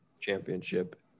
championship